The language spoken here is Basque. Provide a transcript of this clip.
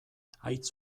haitz